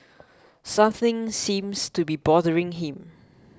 something seems to be bothering him